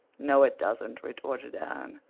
no, it doesn't, retorted anne.